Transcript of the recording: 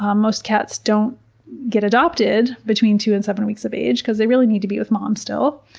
um most cats don't get adopted between two and seven weeks of age because they really need to be with mom still,